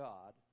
God